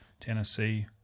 Tennessee